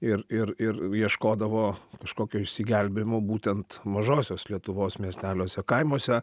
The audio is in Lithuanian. ir ir ir ieškodavo kažkokio išsigelbėjimo būtent mažosios lietuvos miesteliuose kaimuose